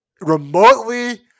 remotely